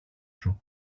σου